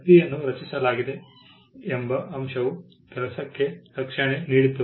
ಕೃತಿಯನ್ನು ರಚಿಸಲಾಗಿದೆ ಎಂಬ ಅಂಶವು ಕೆಲಸಕ್ಕೆ ರಕ್ಷಣೆ ನೀಡಿತು